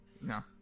No